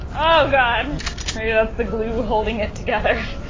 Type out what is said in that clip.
oh, god, maybe that's the glue holding it together.